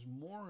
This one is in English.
more